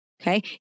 Okay